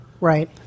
Right